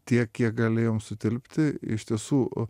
tiek kiek galėjom sutilpti iš tiesų